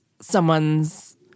someone's